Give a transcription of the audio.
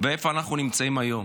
ואיפה אנחנו נמצאים היום,